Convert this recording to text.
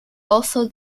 also